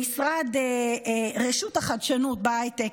ברשות החדשנות בהייטק,